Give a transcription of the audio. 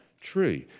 true